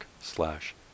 slash